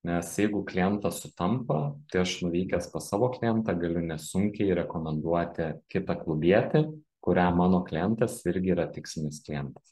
nes jeigu klientas sutampa tai aš nuvykęs pas savo klientą galiu nesunkiai rekomenduoti kitą klubietį kuriam mano klientas irgi yra tikslinis klientas